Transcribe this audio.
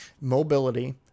mobility